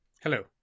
hello